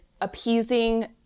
appeasing